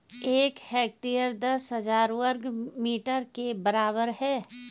एक हेक्टेयर दस हजार वर्ग मीटर के बराबर है